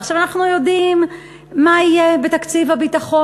עכשיו, אנחנו יודעים מה יהיה בתקציב הביטחון.